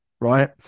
right